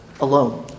alone